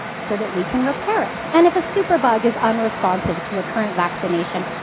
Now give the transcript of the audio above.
so that we can repair it. and if a superbug is unresponsive to a current vaccination,